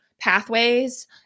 pathways